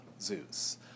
Zeus